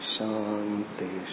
Shanti